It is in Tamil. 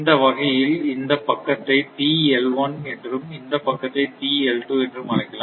இந்த வகையில் இந்தப் பக்கத்தைஎன்றும் இந்த பக்கத்தை என்றும் அழைக்கலாம்